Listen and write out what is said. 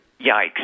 Yikes